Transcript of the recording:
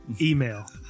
Email